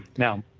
now,